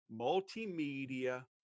Multimedia